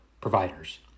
providers